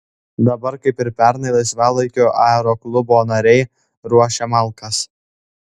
dabar kaip ir pernai laisvalaikiu aeroklubo nariai ruošia malkas